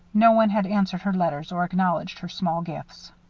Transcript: no one had answered her letters or acknowledged her small gifts.